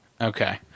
Okay